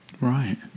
right